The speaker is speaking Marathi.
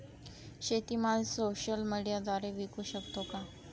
शेतीमाल सोशल मीडियाद्वारे विकू शकतो का?